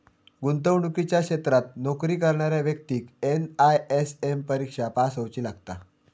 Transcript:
गुंतवणुकीच्या क्षेत्रात नोकरी करणाऱ्या व्यक्तिक एन.आय.एस.एम परिक्षा पास होउची लागता